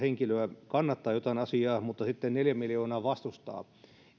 henkilöä kannattaa jotain asiaa mutta sitten neljä miljoonaa vastustaa